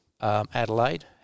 Adelaide